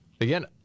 Again